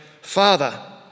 Father